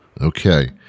Okay